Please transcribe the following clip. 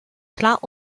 klar